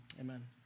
Amen